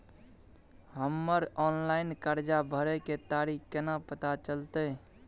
हमर ऑनलाइन कर्जा भरै के तारीख केना पता चलते?